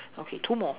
okay two more